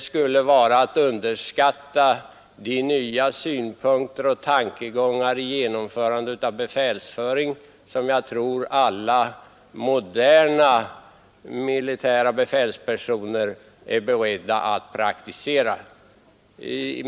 I så fall underskattar man nog de nya synpunkter och tankegångar beträffande befälsföringen som väl alla moderna militära befälspersoner är beredda att praktisera.